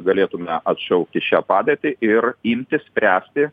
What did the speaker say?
galėtume atšaukti šią padėtį ir imti spręsti